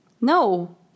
No